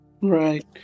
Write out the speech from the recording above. Right